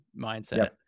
mindset